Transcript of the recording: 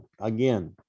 again